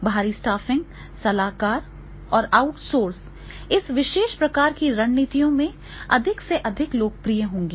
बाहरी स्टाफिंग सलाहकार और आउटसोर्स इस विशेष प्रकार की रणनीतियों में अधिक से अधिक लोकप्रिय होंगे